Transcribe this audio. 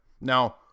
Now